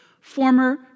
former